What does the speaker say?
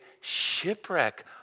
shipwreck